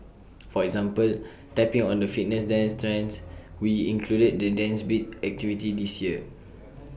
for example tapping on the fitness dance trends we included the dance beat activity this year